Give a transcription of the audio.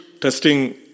testing